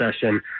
session